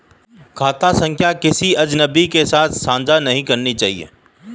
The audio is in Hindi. खाता संख्या किसी अजनबी के साथ साझा नहीं करनी चाहिए